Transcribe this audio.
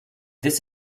this